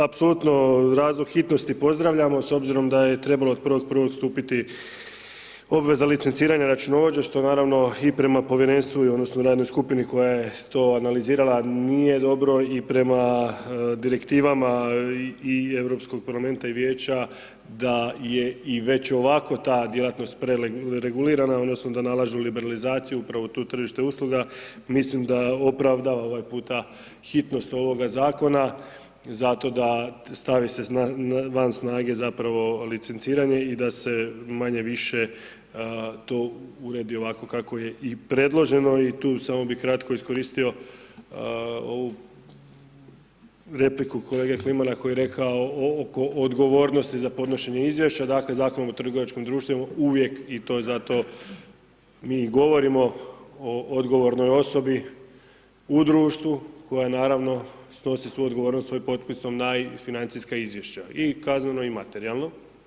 Apsolutno, razlog hitnosti pozdravljamo s obzirom da je trebalo od 1.1. stupiti obveza licenciranja računovođe, što naravno i prema Povjerenstvu i odnosno radnoj skupini koja je to analizirala, nije dobro i prema Direktivama i Europskog parlamenta i vijeća da je i već ovako ta djelatnost preregulirana odnosno da nalažu liberalizaciju upravo to tržište usluga, mislim da opravdava ovaj puta hitnost ovoga Zakona zato da stavi se van snage zapravo licenciranje i da se manje-više to uredi ovako kako je i predloženo i tu samo bih kratko iskoristio ovu repliku kolege Klimana koji je rekao oko odgovornosti za podnošenje izvješća, dakle, Zakon o trgovačkom društvu imamo uvijek i to zato mi govorimo o odgovornoj osobi u društvu koja, naravno, snosi svoju odgovornost svojim potpisom naj financijska izvješća i kazneno i materijalno.